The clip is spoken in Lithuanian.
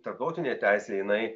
tarptautinė teisė jinai